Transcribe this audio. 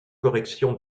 correction